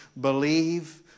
believe